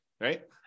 right